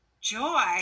joy